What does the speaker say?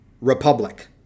republic